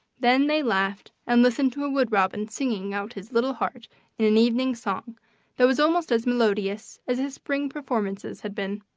then they laughed and listened to a wood robin singing out his little heart in an evening song that was almost as melodious as his spring performances had been.